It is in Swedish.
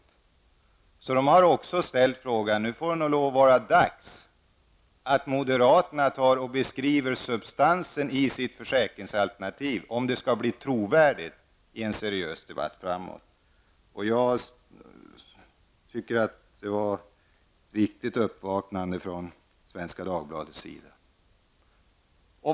Där undrar man alltså också om det inte är dags för moderaterna att beskriva substansen i sitt försäkringsalternativ för att detta skall bli trovärdigt i en seriös debatt framöver. Jag tycker att detta är ett viktigt uppvaknande från Svenska Dagbladets sida.